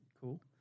Cool